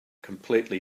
completely